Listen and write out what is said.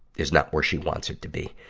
is not where she wants it to be.